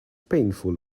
painful